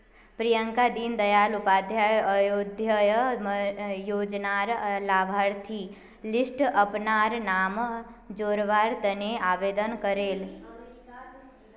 प्रियंका दीन दयाल उपाध्याय अंत्योदय योजनार लाभार्थिर लिस्टट अपनार नाम जोरावर तने आवेदन करले